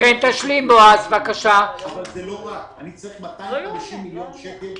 אני צריך 250 מיליון שקלים,